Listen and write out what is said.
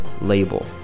label